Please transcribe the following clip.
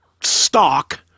stock